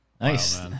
Nice